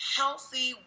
healthy